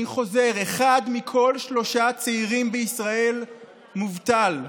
אני חוזר: אחד מכל שלושה צעירים בישראל מובטל.